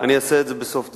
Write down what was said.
אני אעשה את זה בסוף דברי.